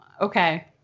okay